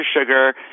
sugar